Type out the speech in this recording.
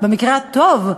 במקרה הטוב,